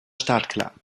startklar